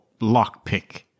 lockpick